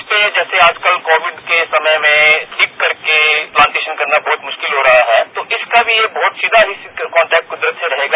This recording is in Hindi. इसमें जैसे आजकल कोविड के समय में भीग करके प्लांटेशन करना बहुत मुश्किल हो रहा है तो इसका भी बहुत सीधा कॉन्टेक्ट कुदरत से रहेगा